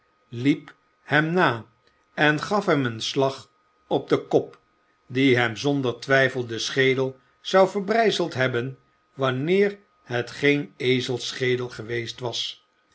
liep hem na en gaf hem een slag op den kop die hem zonder twijfel den schedel zou verbrijzeld hebben wanneer het geen ezelsschedel geweest was